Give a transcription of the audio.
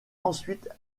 ensuite